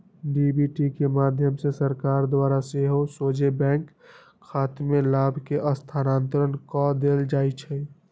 DBT के माध्यम से सरकार द्वारा सेहो सोझे बैंक खतामें लाभ के स्थानान्तरण कऽ देल जाइ छै